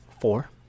Four